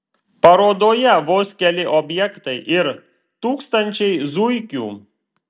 parodoje vos keli objektai ir tūkstančiai zuikių